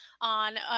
on